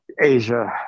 asia